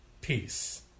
peace